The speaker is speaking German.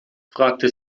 fragte